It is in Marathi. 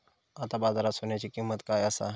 आता बाजारात सोन्याची किंमत काय असा?